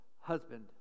husband